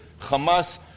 Hamas